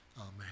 Amen